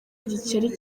igikeri